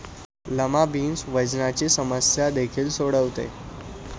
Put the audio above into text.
lima beans वजनाची समस्या देखील सोडवते